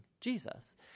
Jesus